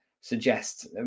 suggest